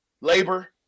labor